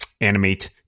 animate